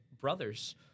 brothers